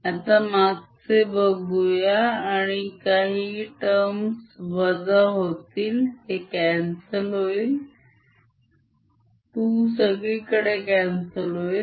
आता मागचे बघूया आणि काही terms वजा होतील हे cancel होईल 2 सगळीकडे cancel होईल